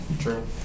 True